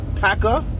Packer